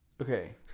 Okay